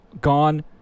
Gone